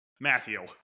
Matthew